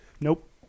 Nope